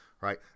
right